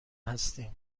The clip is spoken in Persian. هستیم